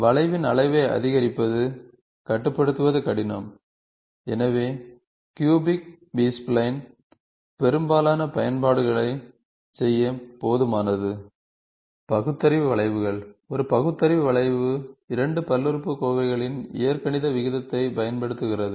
வளைவின் அளவை அதிகரிப்பது கட்டுப்படுத்துவது கடினம் எனவே க்யூபிக் பி ஸ்ப்லைன் பெரும்பாலான பயன்பாடுகளைச் செய்ய போதுமானது பகுத்தறிவு வளைவுகள் ஒரு பகுத்தறிவு வளைவு 2 பல்லுறுப்புக்கோவைகளின் இயற்கணித விகிதத்தைப் பயன்படுத்துகிறது